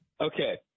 Okay